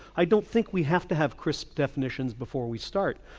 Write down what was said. i don't think we have to have crisp definitions before we start.